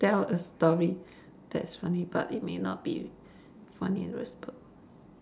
tell a story that is funny but it may not be funny in retrospect